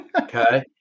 Okay